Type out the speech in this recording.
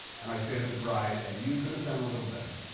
and i say to the bride, and you could have done a little better.